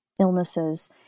illnesses